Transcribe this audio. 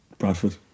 Bradford